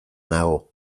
nago